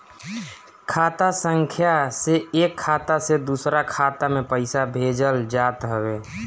खाता संख्या से एक खाता से दूसरा खाता में पईसा भेजल जात हवे